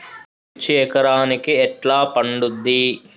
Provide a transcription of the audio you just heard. మిర్చి ఎకరానికి ఎట్లా పండుద్ధి?